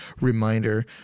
reminder